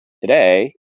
today